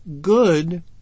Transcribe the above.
good